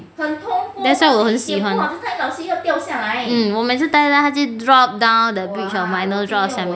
that's why 我很喜欢 mm 我每次带到它就 drop down the bridge of my nose drop 到下面来